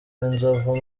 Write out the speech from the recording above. inzovu